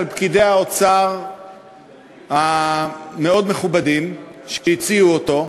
על פקידי האוצר המכובדים מאוד שהציעו אותו,